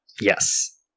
Yes